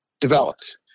developed